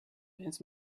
his